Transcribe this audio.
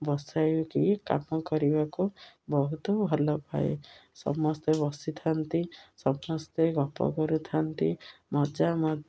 ବସାଇକି କାମ କରିବାକୁ ବହୁତ ଭଲ ପାଏ ସମସ୍ତେ ବସିଥାନ୍ତି ସମସ୍ତେ ଗପ କରୁଥାନ୍ତି ମଜା ମ